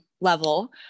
level